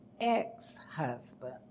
ex-husband